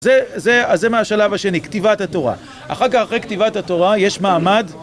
אז זה מהשלב השני, כתיבת התורה. אחר כך, אחרי כתיבת התורה, יש מעמד...